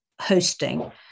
hosting